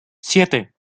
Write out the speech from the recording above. siete